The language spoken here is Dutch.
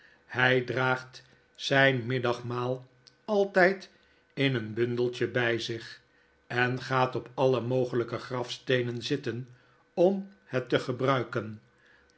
hg draagt zjjn middagmaal alttjd in een bundeltje by zich en gaat op alle mogelpe grafsteenen zitten om het te gebruiken